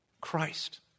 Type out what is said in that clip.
Christ